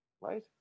right